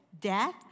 death